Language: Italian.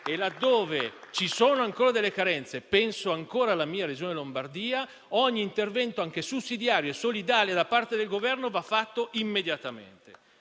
Laddove ci sono ancora delle carenze - penso ancora alla mia Regione, la Lombardia - ogni intervento, anche sussidiario e solidale da parte del Governo, va fatto immediatamente.